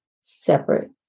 separate